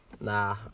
Nah